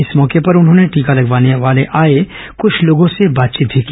इस मौके पर उन्होंने टीका लगवाने आए कुछ लोगों से बातचीत भी की